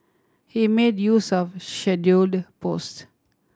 he made use of scheduled post